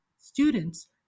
students